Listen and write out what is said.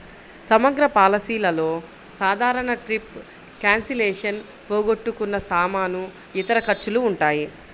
సమగ్ర పాలసీలలో సాధారణంగా ట్రిప్ క్యాన్సిలేషన్, పోగొట్టుకున్న సామాను, ఇతర ఖర్చులు ఉంటాయి